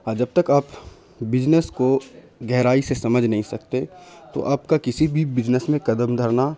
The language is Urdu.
جب تک آپ بزنس کو گہرائی سے سمجھ نہیں سکتے تو آپ کا کسی بھی بزنس میں قدم دھرنا